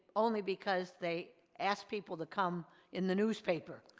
only because they asked people to come in the newspaper.